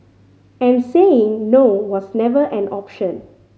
and saying no was never an option